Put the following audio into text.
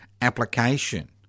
application